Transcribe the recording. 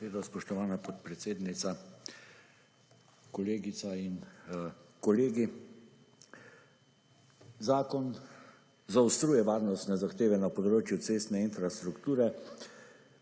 za besedo, spoštovana podpredsednica. Kolegica in kolegi. Zakon zaostruje varnostne zahteve na področju cestne infrastrukture,